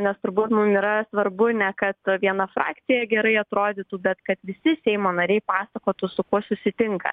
nes turbūt mum yra svarbu ne kad viena frakcija gerai atrodytų bet kad visi seimo nariai pasakotų su kuo susitinka